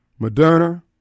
Moderna